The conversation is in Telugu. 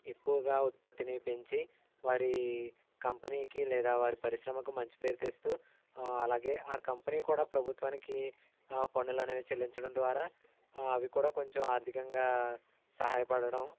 ఎక్కువగా ఉత్పత్తిని పెంచి వారి కంపెనీకి లేదా వారి పరిశ్రమకు మంచి పేరు తెస్తూ అలాగే కంపెనీ కూడా ప్రభుత్వానికి పన్నులనేవి చెల్లించడం ద్వారా అవి కూడా కొంచెం ఆర్థికంగా సహాయ పడడం